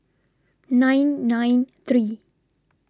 nine nine three